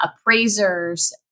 appraisers